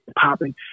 popping